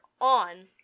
on